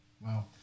Wow